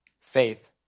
Faith